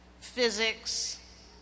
physics